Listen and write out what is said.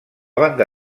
banda